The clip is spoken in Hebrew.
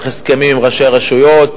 צריך הסכמים עם ראשי הרשויות.